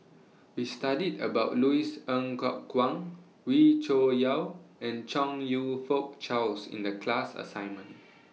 We studied about Louis Ng Kok Kwang Wee Cho Yaw and Chong YOU Fook Charles in The class assignment